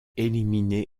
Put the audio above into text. éliminé